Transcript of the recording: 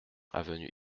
avenue